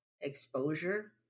exposure